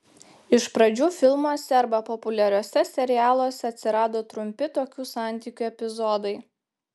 iš pradžių filmuose arba populiariuose serialuose atsirado trumpi tokių santykių epizodai